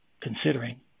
considering